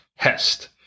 Hest